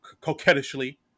coquettishly